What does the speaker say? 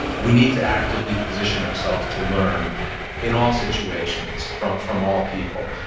we need to actively position ourselves to learn in all situations, from from all people.